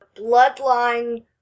bloodline